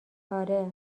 آره